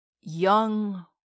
young